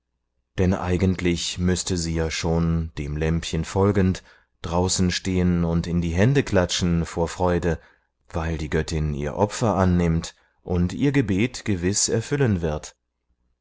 denn eigentlich müßte sie ja schon dem lämpchen folgend draußen stehen und in die hände klatschen vor freude weil die göttin ihr opfer annimmt und ihr gebet gewiß erfüllen wird